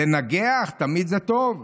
לנגח תמיד זה טוב,